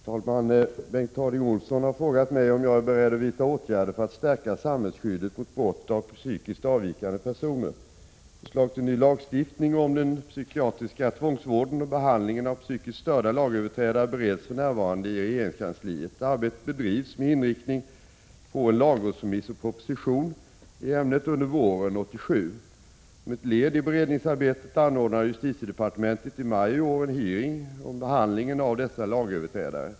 Herr talman! Bengt Harding Olson har frågat mig om jag är beredd att vidta åtgärder för att stärka samhällsskyddet mot brott av psykiskt avvikande personer. Förslag till ny lagstiftning om den psykiatriska tvångsvården och behandlingen av psykiskt störda lagöverträdare bereds för närvarande i regeringskansliet. Arbetet bedrivs med inriktning på en lagrådsremiss och proposition i ämnet under våren 1987. Som ett led i beredningsarbetet anordnade justitiedepartementet i maj i år en hearing angående behandlingen av dessa lagöverträdare.